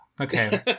Okay